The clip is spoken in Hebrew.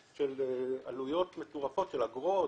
העלויות המטורפות של אגרות.